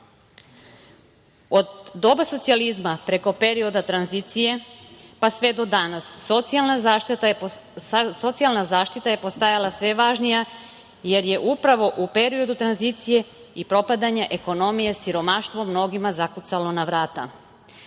doba socijalizma preko perioda tranzicije, pa sve do danas socijalna zaštita je postajala sve važnija, jer je upravo u periodu tranzicije i propadanja ekonomije siromaštvo mnogima zakucalo na